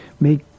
make